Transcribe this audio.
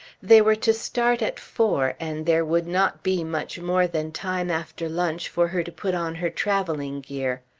they were to start at four and there would not be much more than time after lunch for her to put on her travelling gear.